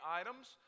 items